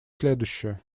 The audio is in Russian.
следующее